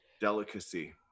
delicacy